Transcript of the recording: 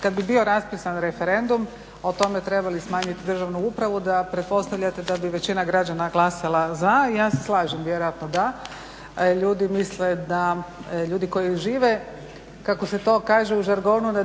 kada bi bio raspisan referendum o tome treba li smanjiti državnu upravu da pretpostavljate da bi većina građana glasala za. I ja se slažem vjerojatno da, ljudi misle, ljudi koji žive kako se to kaže u žargonu na